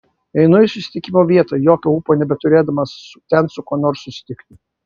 einu į susitikimo vietą jokio ūpo nebeturėdamas ten su kuo nors susitikti